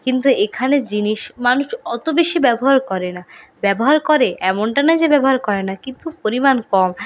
কিন্তু এখানে জিনিস মানুষ অতো বেশি ব্যবহার করে না ব্যবহার করে এমনটা না যে ব্যবহার করে না কিন্তু পরিমাণ কম